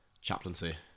chaplaincy